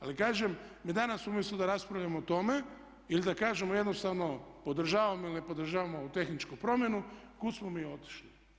Ali kažem mi danas umjesto da raspravljamo o tome ili da kažemo jednostavno podržavam ili ne podržavam ovu tehničku promjenu kud smo mi otišli?